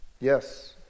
Yes